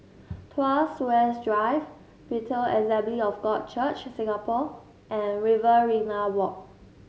Tuas West Drive Bethel Assembly of God Church Singapore and Riverina Walk